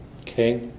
Okay